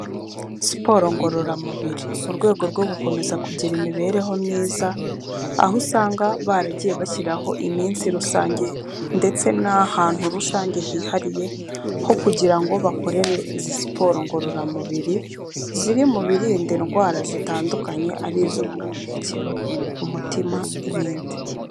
Siporo ngororamubiri, mu rwego rwo gukomeza kugira imibereho myiza, aho usanga baragiye bashyiraho iminsi rusange ndetse n'ahantu rusange hihariye ho kugira ngo bakorere izi siporo ngororamubiri, ziri mu birinda indwara zitandukanye ari iz'ubuhumekero, umutima n'ibindi.